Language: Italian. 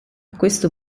questo